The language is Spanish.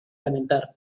lamentar